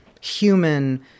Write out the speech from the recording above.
human